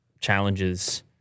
challenges